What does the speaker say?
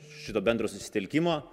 šito bendro susitelkimo